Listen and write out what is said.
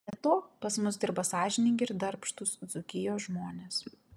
be to pas mus dirba sąžiningi ir darbštūs dzūkijos žmonės